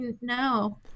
no